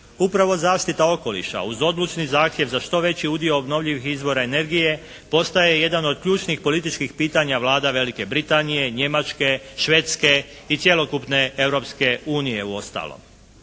Upravo zaštita okoliša uz odlučni zahtjev za što veći udio obnovljivih izvora energije postaje jedan od ključnih političkih pitanja vlada Velike Britanije, Njemačke, Švedske i cjelokupne Europske unije uostalom.